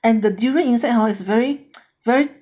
and the durian inside ah is very very